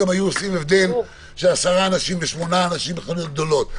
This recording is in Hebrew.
גם היו עושים הבדל של עשרה אנשים ושמונה בחנויות גדולות,